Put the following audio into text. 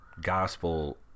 gospel